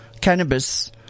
cannabis